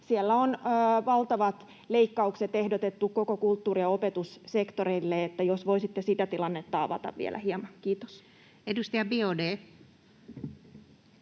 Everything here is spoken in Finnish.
ehdotettu valtavia leikkauksia koko kulttuuri- ja opetussektorille. Jos voisitte sitä tilannetta avata vielä hieman. — Kiitos. [Speech 16]